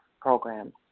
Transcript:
programs